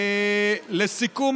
לסיכום,